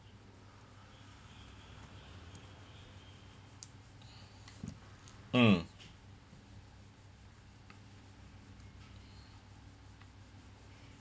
mm